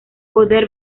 poder